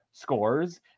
scores